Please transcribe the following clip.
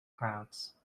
crowds